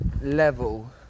level